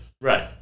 right